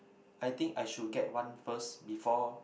I think I should get one first before